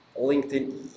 LinkedIn